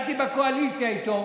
הייתי בקואליציה איתו,